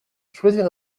choisir